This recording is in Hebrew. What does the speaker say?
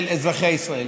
של אזרחי ישראל.